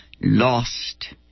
lost